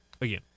again